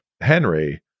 Henry